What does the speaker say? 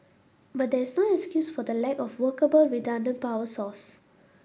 but there is no excuse for the lack of workable redundant power source